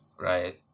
right